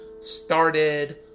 started